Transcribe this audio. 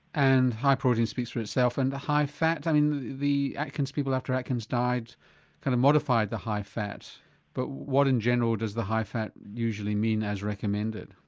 and high protein speaks for itself and the high fat i mean the atkins people after atkins died kind of modified the high fat but what in general does the high fat usually mean as recommended?